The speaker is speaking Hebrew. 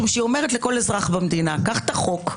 כי היא אומרת לכל אזרח במדינה: קח את החוק.